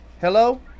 Hello